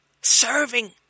serving